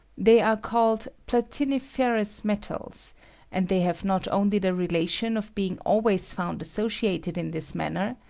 they are called platiniferous met als and they have not only the relation of be ing always found associated in this manner,